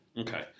Okay